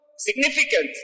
significant